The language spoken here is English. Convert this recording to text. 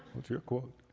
it's your quote.